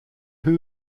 who